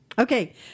Okay